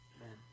Amen